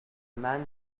man